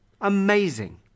Amazing